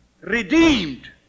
redeemed